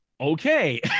okay